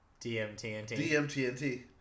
DMTNT